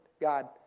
God